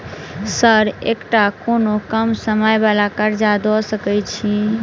Sir एकटा कोनो कम समय वला कर्जा दऽ सकै छी?